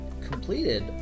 completed